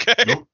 Okay